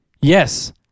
yes